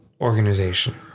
organization